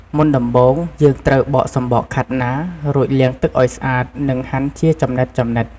មុនដំបូង យើងត្រូវបកសំបកខាត់ណា រួចលាងទឹកឱ្យស្អាត និងហាន់ជាចំណិតៗ។